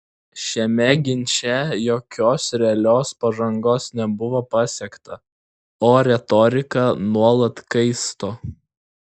šiame ginče jokios realios pažangos nebuvo pasiekta o retorika nuolat kaisto